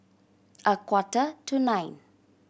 a quarter to nine